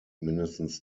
mindestens